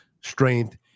strength